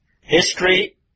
History